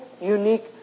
unique